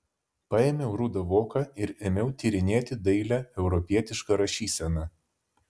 paėmiau rudą voką ir ėmiau tyrinėti dailią europietišką rašyseną